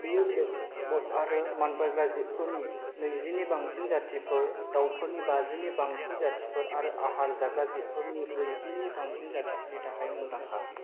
बेयो ब्लैकबक आरो मानबायग्रा जिबफोरनि नैजिनि बांसिन जातिफोर दावफोरनि बाजिनि बांसिन जातिफोर आरो आहार जाग्रा जिबफोरनि ब्रैजिनि बांसिन जातिफोरनि थाखाय मुंदांखा